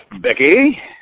Becky